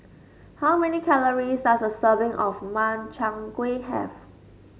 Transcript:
how many calories does a serving of Makchang Gui have